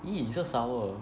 !ee! so sour